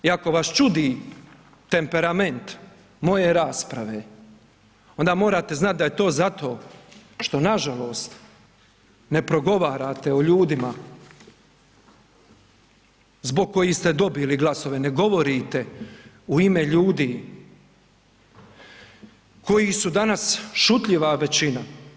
I ako vas čudi temperament moje rasprave, onda morate znati da je to zato što nažalost ne progovarate o ljudima zbog kojih ste dobili glasove, ne govorite u ime ljudi koji su danas šutljiva većina.